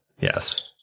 Yes